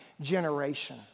generation